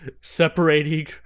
separating